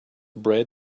bred